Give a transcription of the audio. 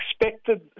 expected